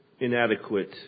inadequate